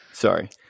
Sorry